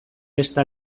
beste